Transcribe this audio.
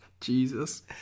Jesus